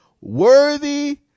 worthy